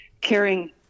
caring